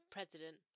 President